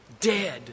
dead